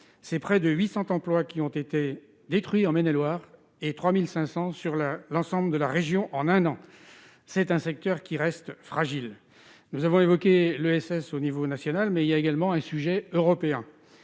Loire, près de 800 emplois ont été détruits en Maine-et-Loire et 3 500 dans l'ensemble de la région en un an. L'ESS est un secteur qui reste fragile. Nous avons évoqué l'ESS à l'échelon national, mais c'est également un sujet européen.